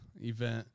event